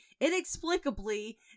inexplicably